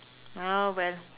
ah well